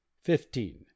fifteen